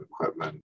equipment